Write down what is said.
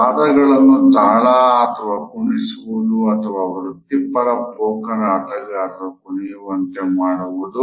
ಪಾದಗಳನ್ನು ತಾಳ ಅಥವಾ ಕುಣಿಸುವುದು ಅಥವಾ ವೃತ್ತಿ ಪರ ಪೋಕರ್ ಆಟಗಾರರು ಕುಣಿಯುವಂತೆ ಮಾಡುವುದು